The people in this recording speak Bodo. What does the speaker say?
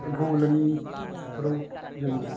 एम्फौ एनलानि बोथोराव जों